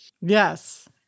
Yes